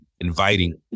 inviting